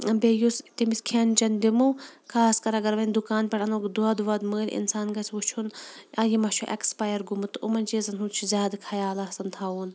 بیٚیہِ یُس تٔمِس کھیٚن چیٚن دِمو خاص کَر اگر وۄنۍ دُکان پٮ۪ٹھٕ اَنو وٕ دۄد وۄد مٔلۍ اِنسان گژھِ وُچھُن اَ یہِ ما چھُ ایٚکٕسپایَر گوٚمُت یِمَن چیٖزَن ہُنٛد چھِ زیادٕ خیال آسان تھَوُن